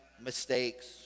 mistakes